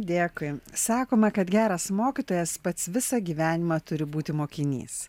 dėkui sakoma kad geras mokytojas pats visą gyvenimą turi būti mokinys